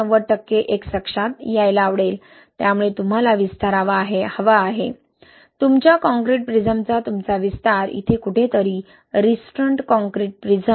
090 x अक्षात यायला आवडेल त्यामुळे तुम्हाला विस्तार हवा आहे तुमच्या काँक्रीट प्रिझमचा तुमचा विस्तार इथे कुठेतरी रिस्ट्रन्ट कंक्रीट प्रिझम